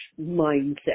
mindset